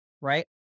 right